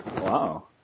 Wow